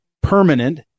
permanent